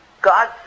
God